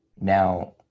now